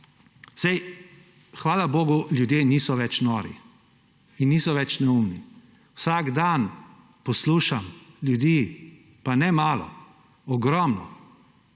saj hvala bogu ljudje niso več nori in niso več neumni. Vsak dan poslušam ljudi, pa ne malo, ogromno,